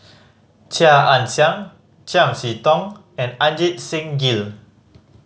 Chia Ann Siang Chiam See Tong and Ajit Singh Gill